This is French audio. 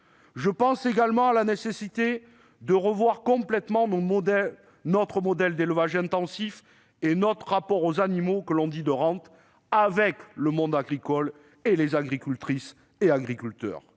Je pense à la nécessité de revoir complètement notre modèle d'élevage intensif et notre rapport aux animaux que l'on dit « de rente », avec les agricultrices et les agriculteurs,